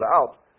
out